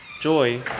joy